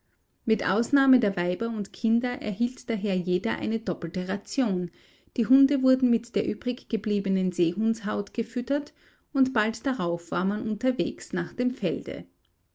mit ausnahme der weiber und kinder erhielt daher jeder eine doppelte ration die hunde wurden mit der übrig gebliebenen seehundshaut gefüttert und bald darauf war man unterwegs nach dem felde